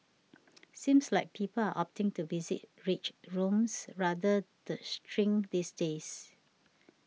seems like people are opting to visit rage rooms rather the shrink these days